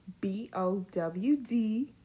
B-O-W-D